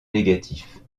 négatifs